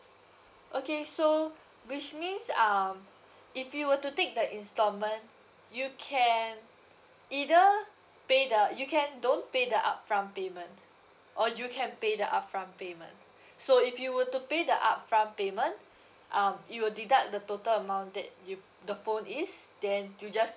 okay so which means um if you were to take the installment you can either pay the you can don't pay the upfront payment or you can pay the upfront payment so if you were to pay the upfront payment um it will deduct the total amount that you the phone is then you just